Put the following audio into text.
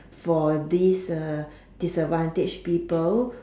for these disadvantage people